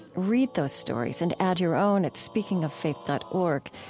read those stories and add your own at speakingoffaith dot org.